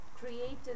created